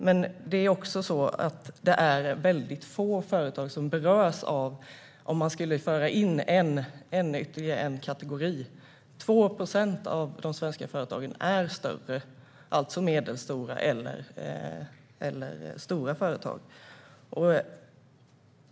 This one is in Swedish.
Men det är också så att det är väldigt få företag som berörs om man skulle föra in ytterligare en kategori - 2 procent av de svenska företagen är större, alltså medelstora eller stora, företag.